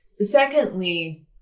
secondly